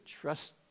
trust